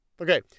Okay